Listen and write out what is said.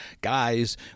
guys